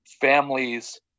families